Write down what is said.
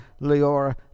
Leora